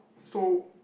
so